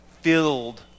filled